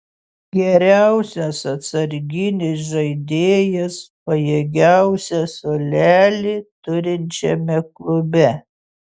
geriausias atsarginis žaidėjas pajėgiausią suolelį turinčiame klube